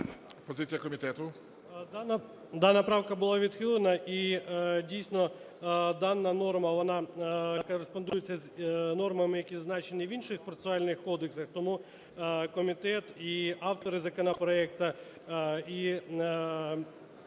Дана правка була відхилена. І дійсно дана норма вона кореспондується з нормами, які зазначені в інших процесуальних кодексах, тому комітет і автори законопроекту, і